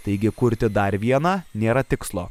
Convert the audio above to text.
taigi kurti dar vieną nėra tikslo